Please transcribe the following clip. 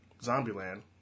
Zombieland